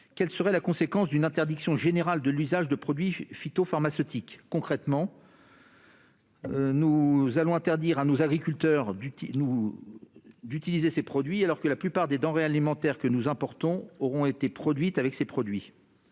quelle serait la conséquence d'une interdiction générale de l'usage de produits phytopharmaceutiques ? Concrètement, nous interdirions à nos agriculteurs de les utiliser alors que la plupart des denrées alimentaires que nous importons continueraient d'être élaborées avec ces produits.